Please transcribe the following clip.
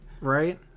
Right